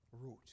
root